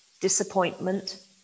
disappointment